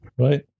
right